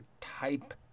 type